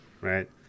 right